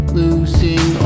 losing